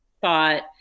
thought